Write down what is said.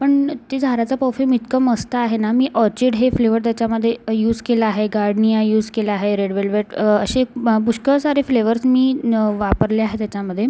पण ते झाराचं परफ्यूम इतकं मस्त आहे ना मी ऑरचिड हे फ्लेवर त्याच्यामध्ये यूस केलं आहे गार्डनिया यूस केलं आहे रेड व्हेलवेट असे पुष्कळ सारे फ्लेवर्स मी ना वापरले आहे त्याच्यामध्ये